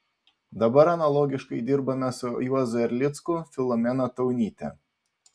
dabar analogiškai dirbame su juozu erlicku filomena taunyte